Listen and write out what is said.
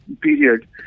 period